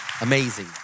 amazing